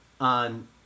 on